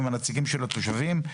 עם הנציגים של התושבים,